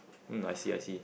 mm I see I see